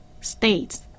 states